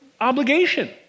obligation